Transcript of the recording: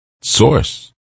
source